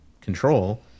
control